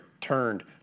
turned